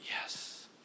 Yes